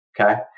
okay